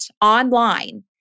online